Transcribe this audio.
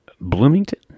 Bloomington